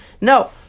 no